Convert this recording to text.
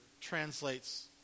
translates